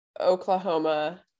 Oklahoma